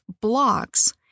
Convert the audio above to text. blocks